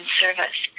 service